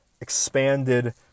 expanded